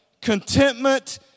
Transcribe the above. Contentment